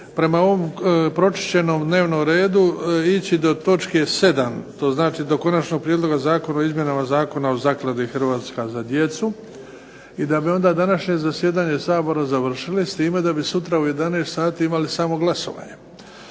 prema ovom pročišćenom dnevnom redu ići do točke 7., to znači do Konačnog prijedloga Zakona o izmjenama i dopunama Zakona o Zakladi "Hrvatska za djecu" i da bi onda današnje zasjedanje Sabora završili s time da bi sutra u 11 sati imali samo glasovanje.